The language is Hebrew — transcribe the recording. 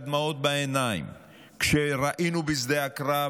הדמעות בעיניים כשראינו בשדה הקרב